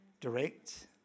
direct